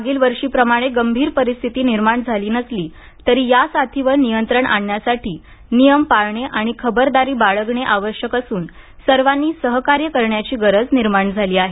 मागील वर्षीप्रमाणे गंभीर परिस्थती निर्माण झाली नसली तरी या साथीवर नियंत्रण आणण्यासाठी नियम पाळणे आणि खबरदारी बाळगणे आवश्यक असून सर्वांनी सहकार्य करण्याची गरज निर्माण झाली आहे